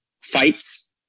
fights